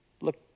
Look